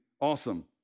awesome